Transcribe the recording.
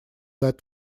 сад